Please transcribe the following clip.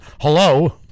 Hello